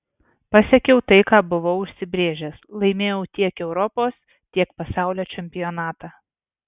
pasiekiau tai ką buvau užsibrėžęs laimėjau tiek europos tiek pasaulio čempionatą